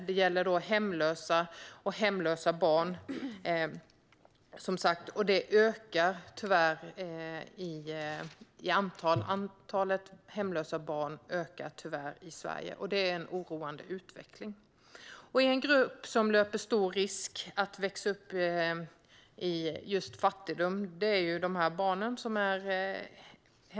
Det handlade som sagt om hemlösa och hemlösa barn, vilka tyvärr ökar i antal i Sverige, och det är en oroande utveckling. En grupp som löper stor risk att växa upp i fattigdom är de hemlösa barnen.